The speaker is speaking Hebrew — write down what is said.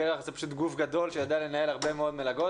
פר"ח הוא גוף גדול שיודע לנהל הרבה מאוד מלגות.